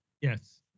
yes